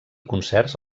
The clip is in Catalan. concerts